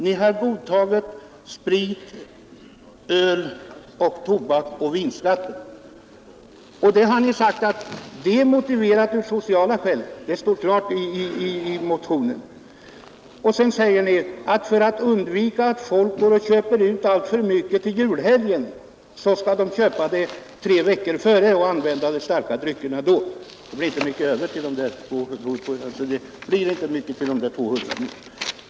Ni har godtagit sprit-, öl-, vinoch tobaksskatten, för den är, har ni sagt, socialt motiverad; det står klart i motionen. Men sedan säger ni att för att undvika att folk köper ut alltför mycket sprit till julhelgen skall man låta dem handla något i förväg och använda de starka dryckerna då. Det blir inte mycket kvar av de där 200 miljonerna till mjölksubventioner.